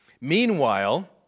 Meanwhile